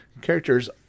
characters